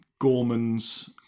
Gorman's